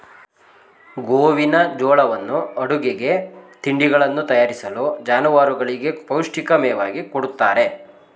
ಗೋವಿನಜೋಳವನ್ನು ಅಡುಗೆಗೆ, ತಿಂಡಿಗಳನ್ನು ತಯಾರಿಸಲು, ಜಾನುವಾರುಗಳಿಗೆ ಪೌಷ್ಟಿಕ ಮೇವಾಗಿ ಕೊಡುತ್ತಾರೆ